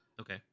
Okay